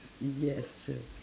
yes